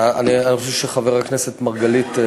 אני חושב שחבר הכנסת מרגלית,